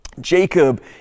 Jacob